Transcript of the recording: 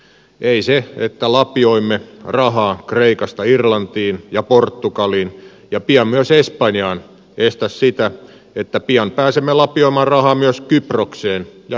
ei se että lapioimme rahaa kreikasta irlantiin ja portugaliin ja pian myös espanjaan estä sitä että pian pääsemme lapioimaan rahaa myös kyprokseen ja italiaan